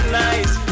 nice